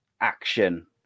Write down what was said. action